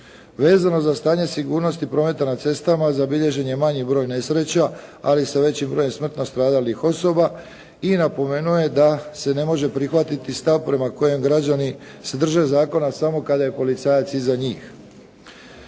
Vezano za stanje sigurnosti i prometa na cestama zabilježen je manji broj nesreća ali sa većim brojem smrtno stradalih osoba i napomenuo je da se ne može prihvatiti stav prema kojem se građani drže zakona samo kada je policajac iza njih.